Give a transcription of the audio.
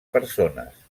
persones